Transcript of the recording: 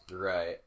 Right